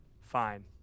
fine